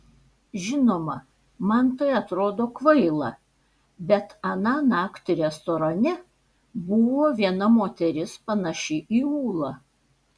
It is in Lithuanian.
žinoma man tai atrodo kvaila bet aną naktį restorane buvo viena moteris panaši į ūlą